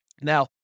Now